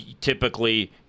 typically